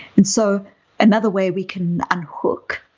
and so another way we can unhook.